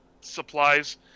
supplies